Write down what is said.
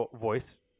voice